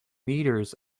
meters